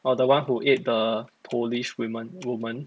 orh the one who ate the polish women woman